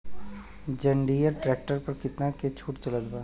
जंडियर tractor पर कितना के छूट चलत बा?